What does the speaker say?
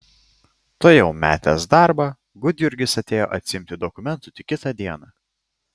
tuojau metęs darbą gudjurgis atėjo atsiimti dokumentų tik kitą dieną